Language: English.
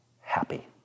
happy